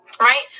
right